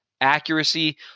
accuracy